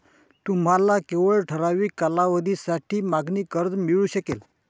तुम्हाला केवळ ठराविक कालावधीसाठी मागणी कर्ज मिळू शकेल